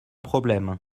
problème